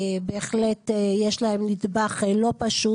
בהחלט יש להם נדבך לא פשוט.